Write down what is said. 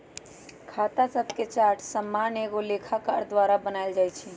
खता शभके चार्ट सामान्य एगो लेखाकार द्वारा बनायल जाइ छइ